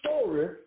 story